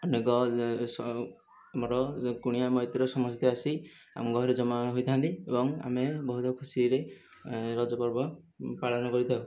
ଅନେକ ଆମର କୁଣିଆ ମୈତ୍ର ସମସ୍ତେ ଆସି ଆମ ଘରେ ଜମା ହୋଇଥାନ୍ତି ଏବଂ ଆମେ ବହୁତ ଖୁସିରେ ରଜ ପର୍ବ ପାଳନ କରିଥାଉ